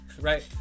right